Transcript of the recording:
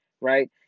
right